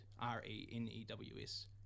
R-E-N-E-W-S